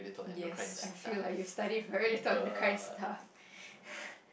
yes I feel like you study very little endocrine stuff